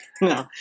No